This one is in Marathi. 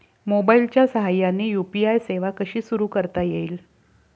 मोबाईलच्या साहाय्याने यू.पी.आय सेवा कशी सुरू करता येईल?